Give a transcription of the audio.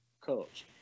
coach